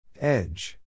Edge